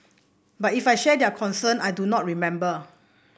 but if I shared their concern I do not remember